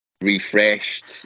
refreshed